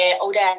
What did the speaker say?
older